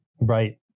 Right